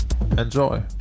Enjoy